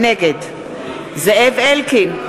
נגד זאב אלקין,